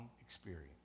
experience